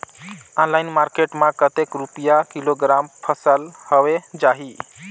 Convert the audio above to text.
Online market मां कतेक रुपिया किलोग्राम फसल हवे जाही?